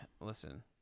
Listen